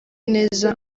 neza